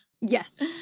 Yes